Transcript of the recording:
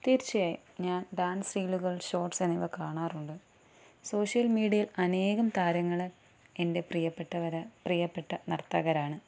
തീർച്ചയായും ഞാൻ ഡാൻസ് റീലുകൾ ഷോട്ട്സ് എന്നിവ കാണാറുണ്ട് സോഷ്യൽ മീഡിയയിൽ അനേകം താരങ്ങൾ എൻ്റെ പ്രിയപ്പെട്ടവർ പ്രിയപ്പെട്ട നർത്തകരാണ്